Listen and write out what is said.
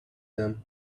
them